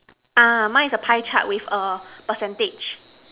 ah mine is a pie chart with a percentage